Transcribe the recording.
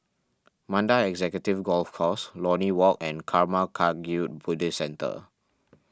Mandai Executive Golf Course Lornie Walk and Karma Kagyud Buddhist Centre